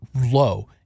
low